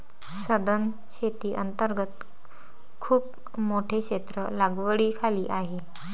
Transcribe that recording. सधन शेती अंतर्गत खूप मोठे क्षेत्र लागवडीखाली आहे